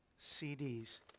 CDs